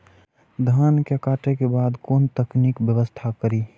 धान के काटे के बाद कोन तकनीकी व्यवस्था करी?